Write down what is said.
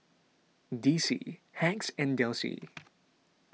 D C Hacks and Delsey